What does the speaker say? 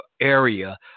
area